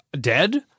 dead